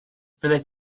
fyddet